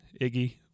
Iggy